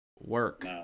Work